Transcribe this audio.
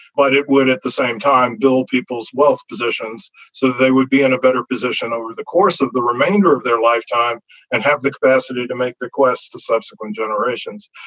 but it would at the same time build people's wealth positions. so they would be in a better position over the course of the remainder of their lifetime and have the capacity to make requests to subsequent generations.